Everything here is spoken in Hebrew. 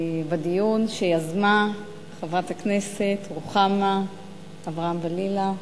בדיון שיזמה חברת הכנסת רוחמה אברהם-בלילא.